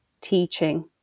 teaching